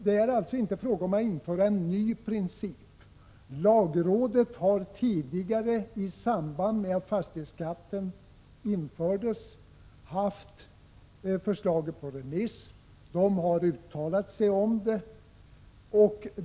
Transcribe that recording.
Det är alltså inte fråga om att införa en ny princip. Lagrådet har tidigare, i samband med att fastighetsskatten infördes, haft förslaget på remiss och uttalat sig om det.